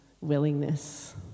willingness